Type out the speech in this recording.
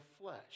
flesh